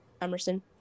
emerson